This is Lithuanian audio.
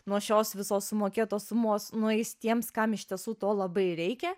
nuo šios visos sumokėtos sumos nueis tiems kam iš tiesų to labai reikia